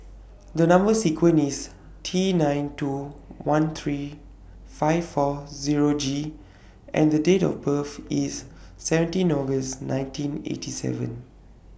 The Number sequence IS T nine two one three five four Zero G and The Date of birth IS seventeen August nineteen eighty seven